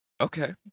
okay